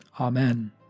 Amen